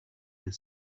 the